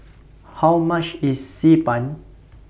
How much IS Xi Ban